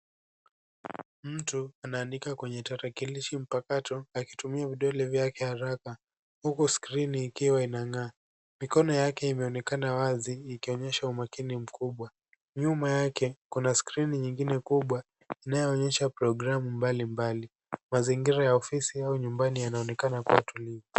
Mtu anaandika kwenye tarakilishi mpakato akitumia vidole vyake haraka, huku skrini ikiwa inang'aa. Mikono yake imeonekana wazi ikionyesha umakini mkubwa. Nyuma yake kuna skrini nyingine kubwa inayoonyesha programu mbalimbali. Mazingira ya ofisi au nyumbani yanaonekana kuwa tulivu.